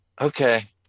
okay